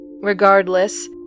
Regardless